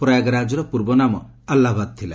ପ୍ରୟାଗରାଜର ପୂର୍ବ ନାମ ଆହ୍ଲାବାଦ୍ ଥିଲା